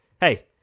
hey